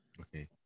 okay